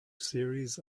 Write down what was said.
series